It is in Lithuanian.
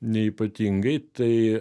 neypatingai tai